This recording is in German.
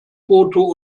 foto